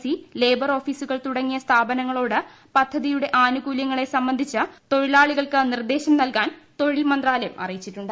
C labour ഓഫീസുകൾ തുടങ്ങി സ്ഥാപനങ്ങളോട് പദ്ധതിയുടെ ആനുകൂല്യങ്ങളെ സംബന്ധിച്ച് തൊഴിലാളികൾക്ക് നിർദ്ദേശം നൽകാൻ തൊഴിൽ മന്ത്രാലയം അറിയിച്ചിട്ടുണ്ട്